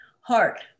Heart